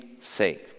sake